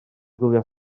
gwylio